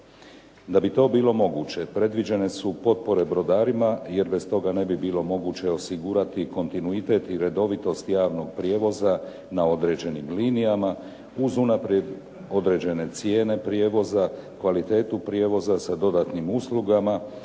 Da bi to bilo moguće predviđene su potpore brodarima jer bez toga ne bi bilo moguće osigurati kontinuitet i redovitost javnog prijevoza na određenim linijama uz unaprijed određene cijene prijevoza, kvalitetu prijevoza sa dodatnim uslugama